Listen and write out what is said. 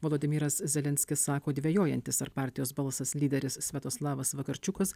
volodymyras zelenskis sako dvejojantis ar partijos balsas lyderis sviatoslavas vakarčiukas